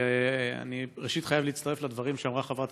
אני ראשית חייב להצטרף לדברים שאמרה חברת